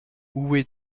uwe